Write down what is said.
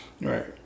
Right